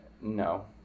No